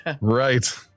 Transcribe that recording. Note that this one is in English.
right